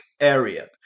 area